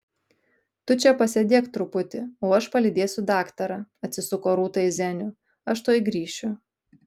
tu čia pasėdėk truputį o aš palydėsiu daktarą atsisuko rūta į zenių aš tuoj grįšiu